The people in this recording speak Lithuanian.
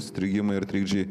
strigimai ar trikdžiai